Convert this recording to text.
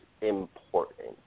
important